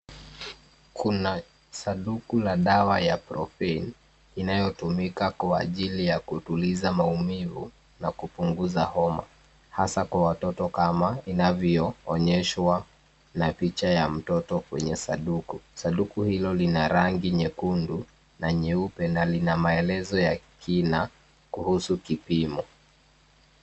Kuna sanduku la dawa ya Profen inayotumika kwa ajili ya kutuliza maumivu na kupunguza homa hasa kwa watoto kama inavyoonyeshwa na picha ya mtoto kwenye sanduku. Sanduku hilo lina rangi nyekundu na nyeupe ndani na maelezo ya kina kuhusu kupimo.